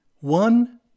one